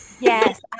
yes